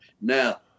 now